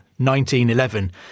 1911